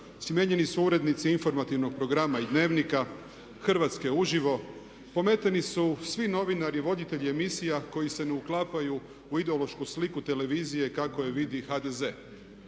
smijenjeni su urednici Informativnog programa i Dnevnika, Hrvatske uživo, pometeni su svi novinari i voditelji emisija koji se ne uklapaju u ideološku sliku televizije kako je vidi HDZ.